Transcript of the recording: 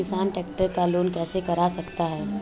किसान ट्रैक्टर का लोन कैसे करा सकता है?